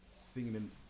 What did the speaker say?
singing